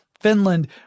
Finland